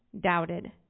doubted